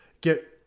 get